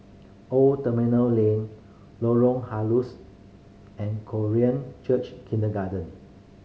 Old Terminal Lane Lorong Halus and Korean Church Kindergarten